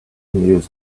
and